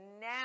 now